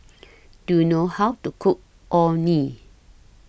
Do YOU know How to Cook Orh Nee